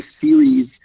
series